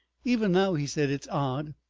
even now, he said, it's odd,